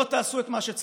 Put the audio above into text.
לא תעשו את מה שצריך,